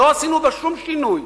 לא עשינו בה שום שינוי.